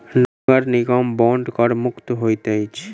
नगर निगम बांड कर मुक्त होइत अछि